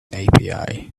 api